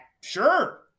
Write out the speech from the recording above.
Sure